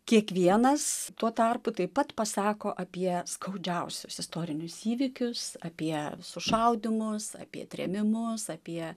kiekvienas tuo tarpu taip pat pasako apie skaudžiausius istorinius įvykius apie sušaudymus apie trėmimus apie